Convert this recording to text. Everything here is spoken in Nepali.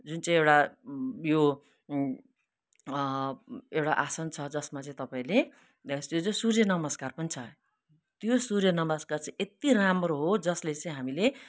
जुन चाहिँ एउटा यो एउटा आसन छ जसमा चाहिँ तपाईँले यो चाहिँ सूर्य नमस्कार पनि छ त्यो सूर्य नमस्कार चाहिँ यति राम्रो हो जसले चाहिँ हामीले